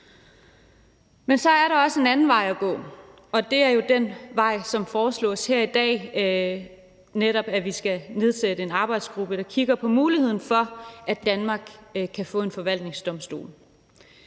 Men så er der også en anden vej at gå, og det er den vej, som foreslås her i dag, netop at vi skal nedsætte en arbejdsgruppe, der kigger på muligheden for, at Danmark kan få en forvaltningsdomstol.